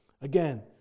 Again